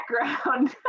background